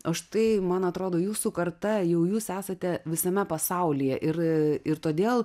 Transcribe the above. o štai man atrodo jūsų karta jau jūs esate visame pasaulyje ir ir todėl